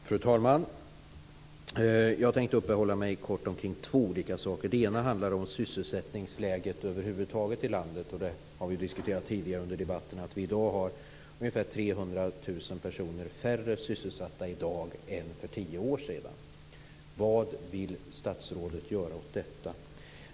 Fru talman! Jag tänkte uppehålla mig kort vid två olika frågor. Den ena handlar om sysselsättningsläget över huvud taget i landet. Vi har tidigare under debatten diskuterat att vi har ungefär 300 000 personer färre sysselsatta i dag än för tio år sedan. Vad vill statsrådet göra åt detta?